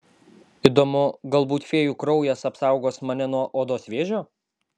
įdomu galbūt fėjų kraujas apsaugos mane nuo odos vėžio